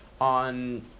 on